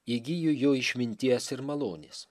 įgyju jo išminties ir malonės